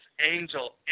angel